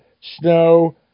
Snow